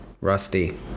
Rusty